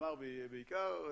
תמר בעיקר,